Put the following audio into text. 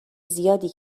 زیادی